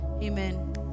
amen